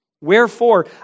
Wherefore